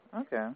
Okay